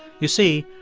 you see,